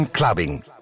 Clubbing